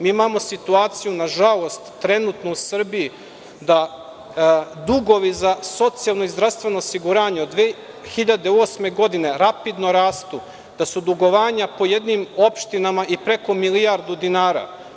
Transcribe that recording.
Mi imamo situaciju, nažalost, trenutno u Srbiji da dugovi za socijalno i zdravstveno osiguranje 2008. godine rapidno rastu, da su dugovanja po jednim opštinama i preko milijardu dinara.